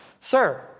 Sir